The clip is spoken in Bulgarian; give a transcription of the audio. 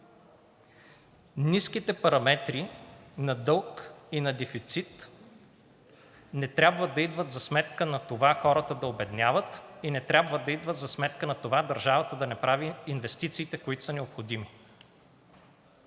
Ниските параметри на дълг и на дефицит не трябва да идват за сметка на това хората да обедняват и не трябва да идват за сметка на това държавата да не прави инвестициите, които са необходими.